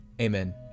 Amen